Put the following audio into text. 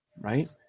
right